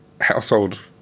household